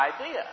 idea